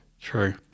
true